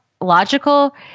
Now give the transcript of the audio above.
Logical